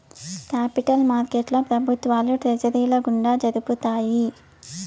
capital మార్కెట్లో ప్రభుత్వాలు ట్రెజరీల గుండా జరుపుతాయి